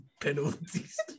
penalties